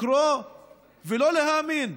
לקרוא ולא להאמין,